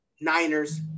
Niners